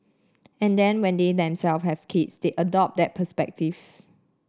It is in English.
and then when they themselves have kids they adopt that perspective